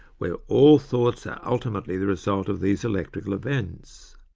where all thoughts are ultimately the result of these electrical events.